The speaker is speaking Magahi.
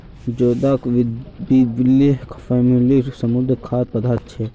जोदाक बिब्लिया फॅमिलीर समुद्री खाद्य पदार्थ छे